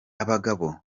abagabo